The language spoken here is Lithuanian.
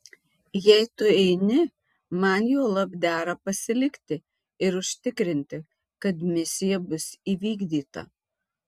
jei tu eini man juolab dera pasilikti ir užtikrinti kad misija bus įvykdyta